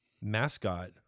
mascot